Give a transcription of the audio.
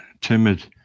timid